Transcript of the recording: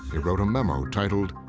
he wrote a memo titled,